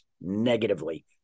negatively